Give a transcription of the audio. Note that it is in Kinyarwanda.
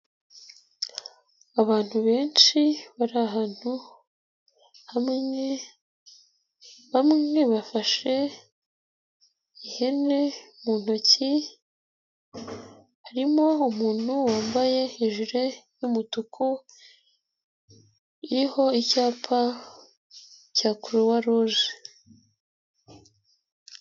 Abantu benshi bari ahantu hamwe, bamwe bafashe ihene mu ntoki, harimo umuntu wambaye ijire y'umutuku, iriho icyapa cya Kuruwaruje.